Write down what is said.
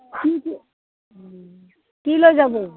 কি লৈ যাব